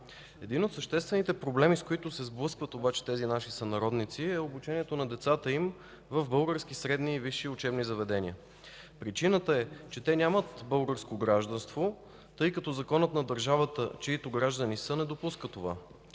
Един от съществените проблеми, с които се сблъскват обаче тези наши сънародници, е обучението на децата им в български средни и висши учебни заведения. Причината е, че те нямат българско гражданство, тъй като законът на държавата, чиито граждани са, не допуска това.